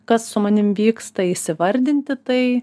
kas su manim vyksta įsivardinti tai